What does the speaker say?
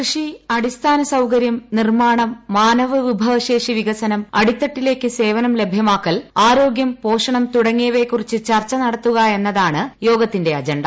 കൃഷി അടിസ്ഥാന സൌക്ടർച്ചു നിർമ്മാണം മാനവ വിഭവശേഷി വികസനം അടിത്തട്ടിലേക്ക് സേവനം ലഭ്യമാക്കൽ ആരോഗ്യം പോഷണം തുടങ്ങിയവയെക്കുറിച്ച് ചർച്ച നടത്തുകയെന്നതാണ് യോഗത്തിന്റെ അജണ്ട